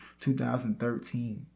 2013